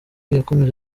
yakomeje